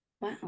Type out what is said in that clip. Wow